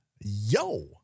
Yo